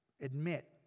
admit